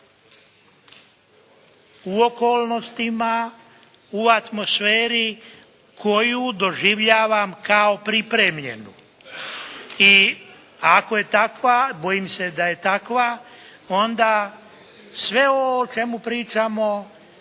u okolnostima, u atmosferi koju doživljavam kao pripremljenu. I ako je takva, bojim se da je takva onda sve ovo o čemu pričamo